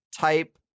type